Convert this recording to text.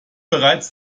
bereits